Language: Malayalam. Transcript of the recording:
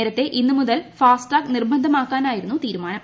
നേരത്തെ ഇന്ന് മുതൽ ഫാസ്ടാഗ് നിർബന്ധിമാക്കാനായിരുന്നു തീരുമാനം